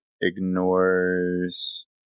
ignores